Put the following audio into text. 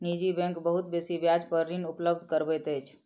निजी बैंक बहुत बेसी ब्याज पर ऋण उपलब्ध करबैत अछि